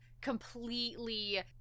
completely